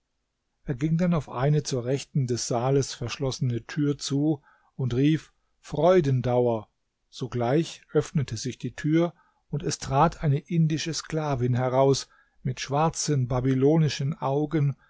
er ging dann auf eine zur rechten des saales verschlossene tür zu und rief freudendauer sogleich öffnete sich die tür und es trat eine indische sklavin heraus mit schwarzen babylonischen augen